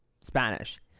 Spanish